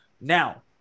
Now